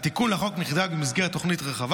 התיקון לחוק נחקק במסגרת תוכנית רחבה